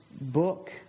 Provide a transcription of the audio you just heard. book